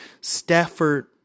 Stafford